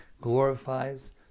glorifies